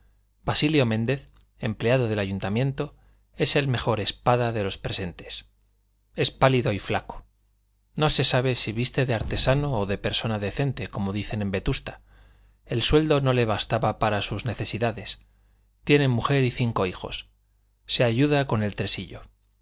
basilio méndez empleado del ayuntamiento es el mejor espada de los presentes es pálido y flaco no se sabe si viste de artesano o de persona decente como dicen en vetusta el sueldo no le bastaba para sus necesidades tiene mujer y cinco hijos se ayuda con el tresillo